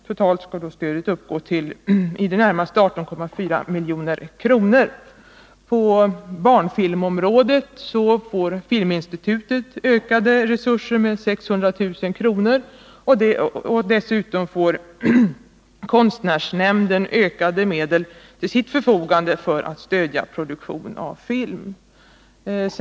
Totalt skall då stödet uppgå till i det närmaste 18,4 milj.kr. På barnfilmsområdet får Filminstitutet ökade resurser med 600 000 kr., och dessutom får konstnärsnämnden ökade medel till sitt förfogande för att stödja produktion av film.